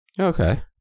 Okay